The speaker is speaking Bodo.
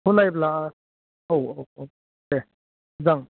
बेखौ नायब्ला औ औ औ दे जागोन